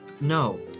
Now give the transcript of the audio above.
No